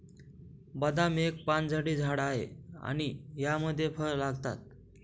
बदाम एक पानझडी झाड आहे आणि यामध्ये फळ लागतात